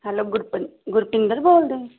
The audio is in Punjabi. ਹੈਲੋ ਗੁਰਪਿੰ ਗੁਰਪਿੰਦਰ ਕੌਰ ਬੋਲਦੇ ਹੋ ਜੀ